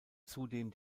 zudem